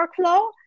workflow